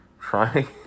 trying